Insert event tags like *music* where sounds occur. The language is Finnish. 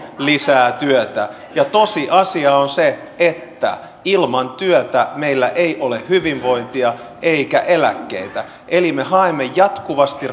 lisää työtä ja tosiasia on se että ilman työtä meillä ei ole hyvinvointia eikä eläkkeitä eli me haemme jatkuvasti *unintelligible*